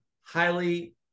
highly